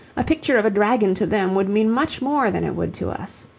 a picture of a dragon to them would mean much more than it would to us.